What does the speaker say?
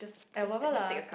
at whatever lah